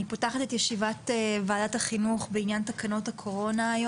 אני פותחת את ישיבת ועדת החינוך בעניין תקנות הקורונה.